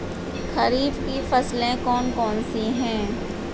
खरीफ की फसलें कौन कौन सी हैं?